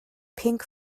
pink